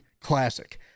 classic